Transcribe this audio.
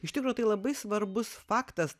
iš tikro tai labai svarbus faktas